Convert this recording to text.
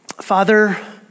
Father